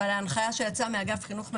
אבל ההנחיה שיצאה מאגף חינוך מיוחד,